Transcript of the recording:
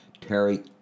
Terry